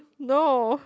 no